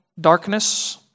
darkness